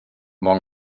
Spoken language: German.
morgen